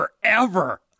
forever